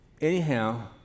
anyhow